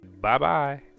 bye-bye